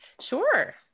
Sure